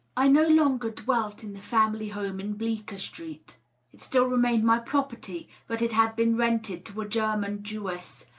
i no longer dwelt in the family home in bleecker street it still remained my property, but it had been rented to a german jewess,